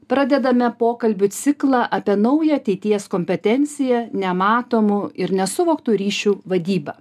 pradedame pokalbių ciklą apie naują ateities kompetenciją nematomų ir nesuvoktų ryšių vadybą